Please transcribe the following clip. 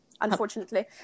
Unfortunately